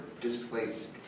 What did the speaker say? displaced